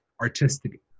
artistic